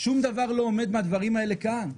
שום דבר מהדברים האלה לא עומד כאן.